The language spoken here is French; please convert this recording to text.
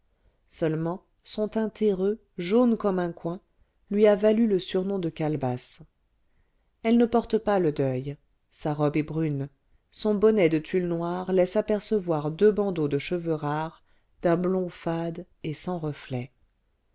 seulement son teint terreux jaune comme un coing lui a valu le surnom de calebasse elle ne porte pas le deuil sa robe est brune son bonnet de tulle noir laisse apercevoir deux bandeaux de cheveux rares d'un blond fade et sans reflet